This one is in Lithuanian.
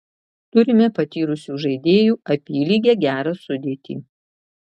turime patyrusių žaidėjų apylygę gerą sudėtį